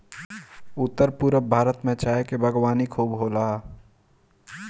उत्तर पूरब भारत में चाय के बागवानी खूब होला